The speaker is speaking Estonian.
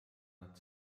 nad